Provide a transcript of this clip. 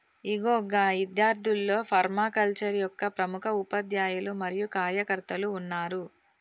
ఇగో గా ఇద్యార్థుల్లో ఫర్మాకల్చరే యొక్క ప్రముఖ ఉపాధ్యాయులు మరియు కార్యకర్తలు ఉన్నారు